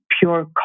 pure